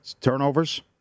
turnovers